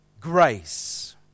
grace